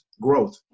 Growth